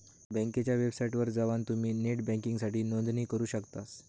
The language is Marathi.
बँकेच्या वेबसाइटवर जवान तुम्ही नेट बँकिंगसाठी नोंदणी करू शकतास